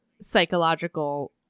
psychological